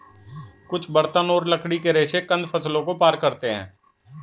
कुछ बर्तन और लकड़ी के रेशे कंद फसलों को पार करते है